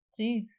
Jeez